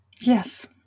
Yes